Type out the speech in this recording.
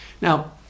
Now